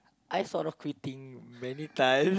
I sort of quitting many times